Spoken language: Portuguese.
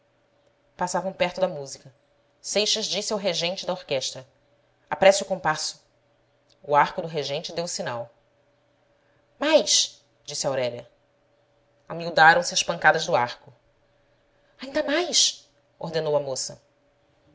passavam perto da música seixas disse ao regente da orquestra apresse o compasso o arco do regente deu o sinal mais disse aurélia amiudaram-se as pancadas do arco ainda mais ordenou a moça